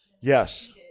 Yes